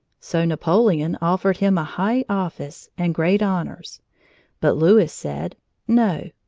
so napoleon offered him a high office and great honors but louis said no,